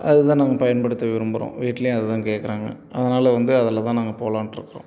அதுதான் நாங்கள் பயன்படுத்த விரும்புகிறோம் வீட்லேயும் அதுதான் கேக்கிறாங்க அதனால் வந்து அதில் தான் நாங்கள் போகலான்ட்டு இருக்கிறோம்